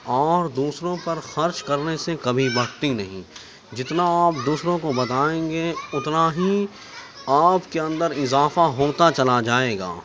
اور دوسروں پر خرچ کرنے سے کبھی بڑھتی نہیں جتنا آپ دوسروں کو بتائیں گے اتنا ہی آپ کے اندر اضافہ ہوتا چلا جائے گا